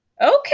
Okay